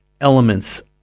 elements